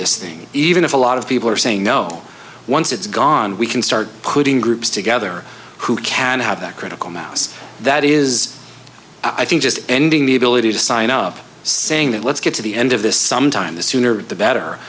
this thing even if a lot of people are saying no once it's gone we can start putting groups together who can have that critical mass that is i think just ending the ability to sign up saying that let's get to the end of this sometime the sooner the better